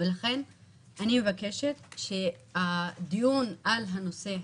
לכן אני מבקשת שהדיון על הנושא הזה,